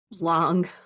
long